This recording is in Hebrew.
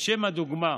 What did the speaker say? לשם הדוגמה,